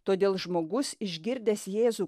todėl žmogus išgirdęs jėzų